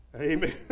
Amen